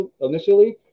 initially